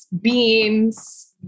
beans